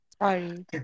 Sorry